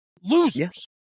losers